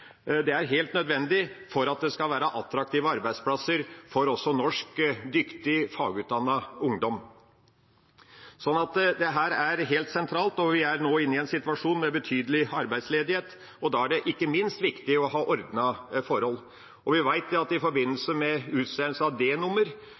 Det er helt nødvendig for at det skal være attraktive arbeidsplasser også for norsk, dyktig og fagutdannet ungdom. Dette er helt sentralt. Vi er nå i en situasjon med betydelig arbeidsledighet, og da er det ikke minst viktig å ha ordnede forhold. Vi vet at i